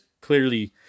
clearly